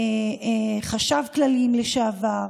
חשבים כלליים לשעבר,